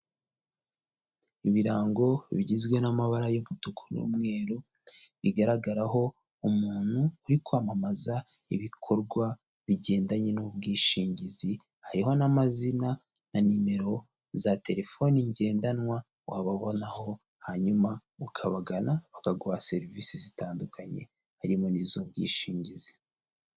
Ibirango bigizwe n'amabara y'umutuku n'umweru bigaragaraho umuntu uri kwamamaza ibikorwa bigendanye n'ubwishingizi, hariho n'amazina na nimero za telefoni ngendanwa wababonaho, hanyuma ukabagana bakaguha serivisi zitandukanye harimo n'iz'ubwishingizi.